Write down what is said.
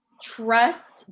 trust